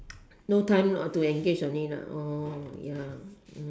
no time to engage only orh ya